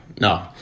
no